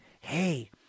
hey